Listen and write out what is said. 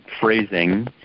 phrasing